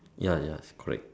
ya ya correct